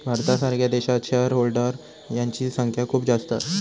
भारतासारख्या देशात share holder यांची संख्या खूप जास्त असा